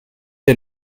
der